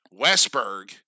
Westberg